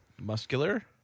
Muscular